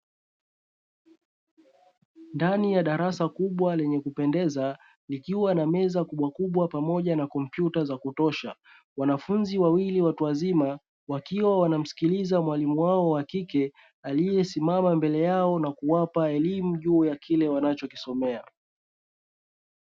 Ndani ya darasa kubwa lenye kupendeza likiwa na meza kubwa kubwa pamoja na kompyuta za kutosha, wanafunzi wawili watu wazima wakiwa wanamsikiliza mwalimu wao wa kike, aliyesimama mbele yao na kuwapa elimu ya kile wanachokisomea.